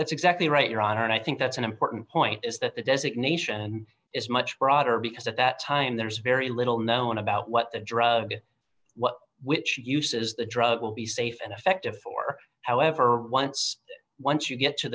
that's exactly right your honor and i think that's an important point is that the designation is much broader because at that time there is very little now on about what the drug what which uses the drug will be safe and effective for however once once you get to